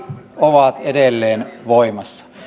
ovat edelleen voimassa